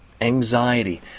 Anxiety